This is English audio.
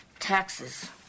taxes